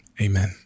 Amen